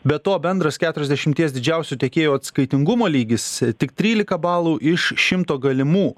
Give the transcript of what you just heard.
be to bendras keturiasdešimties didžiausių tiekėjų atskaitingumo lygis tik trylika balų iš šimto galimų